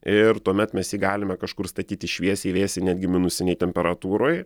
ir tuomet mes jį galime kažkur statyti šviesiai vėsiai netgi minusinėj temperatūroj